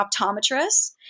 optometrist